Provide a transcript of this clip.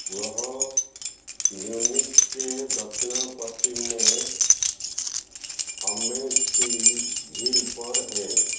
वह म्यूनिख के दक्षिण पश्चिम में अम्मेसी झील पर है